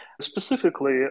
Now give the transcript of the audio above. Specifically